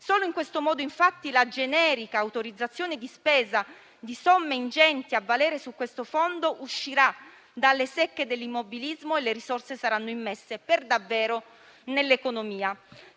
Solo in questo modo, infatti, la generica autorizzazione di spesa di somme ingenti a valere su questo fondo uscirà dalle secche dell'immobilismo e le risorse saranno immesse per davvero nell'economia.